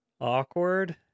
awkward